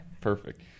Perfect